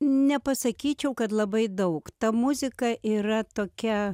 nepasakyčiau kad labai daug ta muzika yra tokia